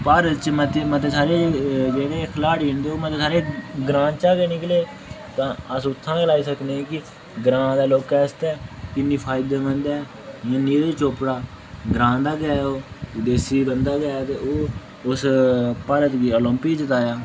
भारत च मते मते सारे जेह्ड़े खलाड़ी न ते ओह् मते सारे ग्रांऽ चा गै निकले तां अस उत्थुआं गै लाई सकने के ग्रांऽ दे लोकें आस्तै किन्नी फायदेमंद ऐ जियां नीरज चोपड़ा ग्रांऽ दा गै ऐ ओह् देसी बंदा गै ऐ ते ओह् उस भारत गी ओलिंपिक जताया